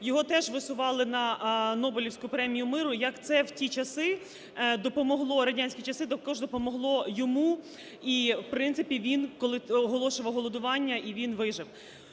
його теж висували на Нобелівської премії миру, як це в ті часи допомогло… в радянські часи також допомогло йому, і в принципі він, коли оголошував голодування, і він вижив.